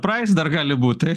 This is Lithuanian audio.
praeis dar gali būti